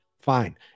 fine